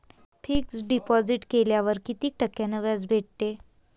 Fix deposit केल्यावर कितीक टक्क्यान व्याज भेटते?